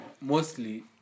mostly